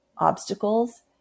obstacles